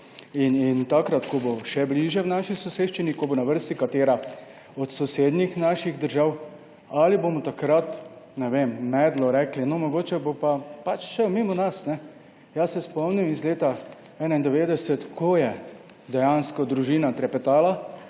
In ko bo še bliže v naši soseščini, ko bo na vrsti katera od naših sosednjih držav, ali bomo takrat, ne vem, medlo rekli, no, mogoče bo pa pač šel mimo nas? Spomnim se leta 1991, ko je dejansko družina trepetala.